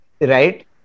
right